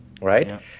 right